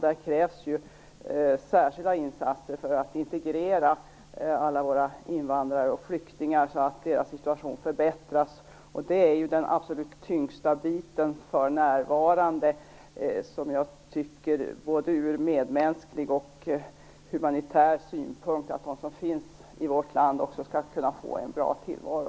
Där krävs särskilda insatser för att integrera alla våra invandrare och flyktingar så att deras situation förbättras. Jag tycker att den absolut tyngsta biten för närvarande, från både medmänsklig och humanitär synpunkt, är att de som finns i vårt land också skall kunna få en bra tillvaro.